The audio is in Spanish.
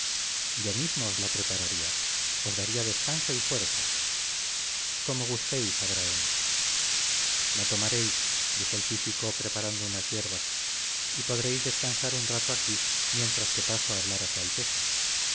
yo mismo os la prepararía os daría descanso y fuerzas como gustéis abrahem la tomaréis dijo el físico preparando unas yerbas y podréis descansar un rato aquí mientras que paso a hablar a su alteza